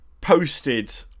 posted